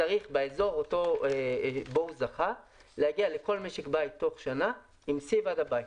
צריך באזור שבו הוא זכה להגיע לכל משק בית תוך שנה עם סיב עד הבית.